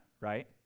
right